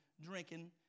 drinking